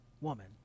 woman